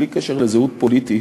בלי קשר לזהות פוליטית,